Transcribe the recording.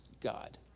God